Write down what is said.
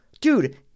dude